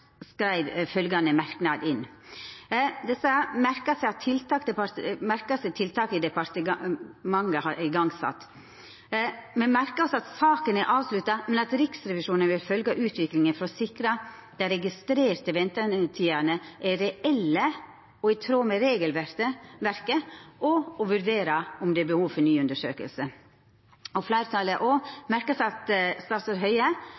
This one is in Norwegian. inn følgjande merknad, at ein «merker seg de tiltak departementet har igangsatt. Flertallet merker seg at saken er avsluttet, men at Riksrevisjonen vil følge utviklingen for å sikre at de registrerte ventetidene er reelle og i tråd med regelverket, og vurdere om det er behov for en ny undersøkelse». Fleirtalet har også merka seg at statsråd Høie